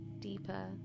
deeper